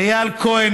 לאייל כהן,